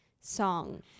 song